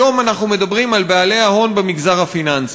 היום אנחנו מדברים על בעלי ההון במגזר הפיננסי: